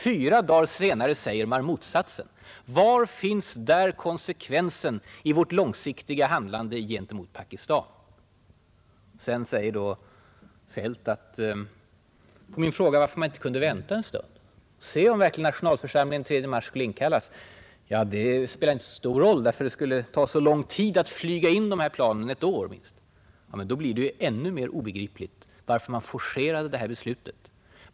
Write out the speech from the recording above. Fyra dagar senare säger man motsatsen. Var finns där konsekvensen i vårt långsiktiga handlande gentemot Pakistan? Herr Feldt säger vidare som svar på min fråga varför man inte kunde vänta en stund och se om nationalförsamlingen verkligen skulle inkallas den 3 mars: Det spelade inte så stor roll, det skulle ta så lång tid att flyga in de här planen, ett år minst. Men då blir det ju ännu mer obegripligt att man forcerade det här beslutet.